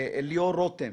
לליאור רותם